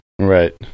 right